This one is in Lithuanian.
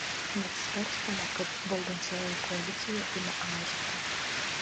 net svarstoma kad valdančioji koalicija ima aižėti